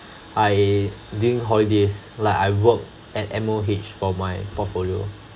I during holidays like I work at M_O_H for my portfolio